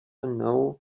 know